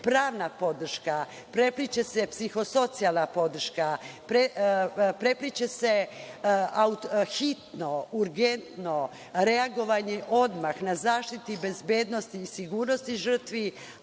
pravna podrška, prepliće se psihosocijalna podrška, prepliće se hitno, urgentno reagovanje odmah na zaštiti bezbednosti i sigurnosti žrtvi,